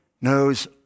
knows